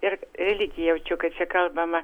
ir religija jaučiu kaip čia kalbama